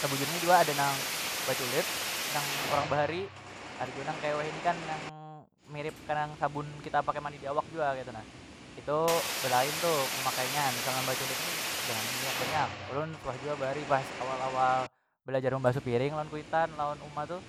Sebujurnya jua ada nang beculit nang urang bahari ada jua nang kaya wahini kan nang mirip sabun kita pakai mandi diawak jua ketu nah itu belain tu memakainya misalnya baculit ni jangan banyak- banyak ulun suah jua bahari pas awal- awal belajar mambasuh piring lawan kuitan lawan uma tu